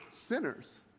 sinners